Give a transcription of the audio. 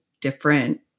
different